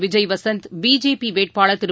Vijay Vasanth BJP வேட்பாளர் திரு